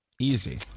Easy